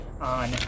on